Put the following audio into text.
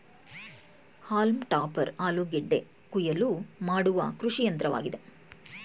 haulm topper ಆಲೂಗೆಡ್ಡೆ ಕುಯಿಲು ಮಾಡುವ ಕೃಷಿಯಂತ್ರವಾಗಿದೆ